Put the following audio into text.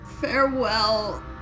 Farewell